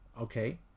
okay